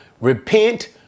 Repent